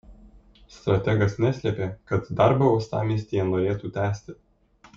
strategas neslėpė kad darbą uostamiestyje norėtų tęsti